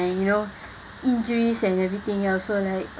you know injuries and everything else so like